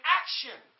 action